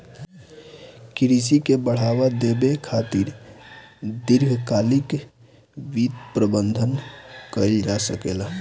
कृषि के बढ़ावा देबे खातिर दीर्घकालिक वित्त प्रबंधन कइल जा सकेला